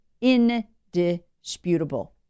Indisputable